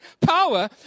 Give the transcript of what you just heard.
power